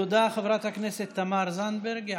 תודה, חברת הכנסת תמר זנדברג.